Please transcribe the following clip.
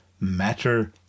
Matter